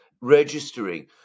registering